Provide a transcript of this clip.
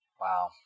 Wow